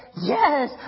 yes